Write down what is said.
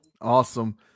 Awesome